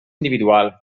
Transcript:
individual